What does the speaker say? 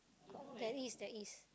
there is there is